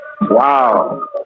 Wow